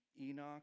Enoch